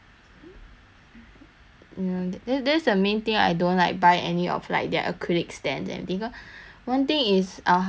ya the that's the main thing I don't like buy any of like their acrylic stands eh because one thing is our house is small so no space